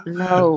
no